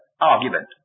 argument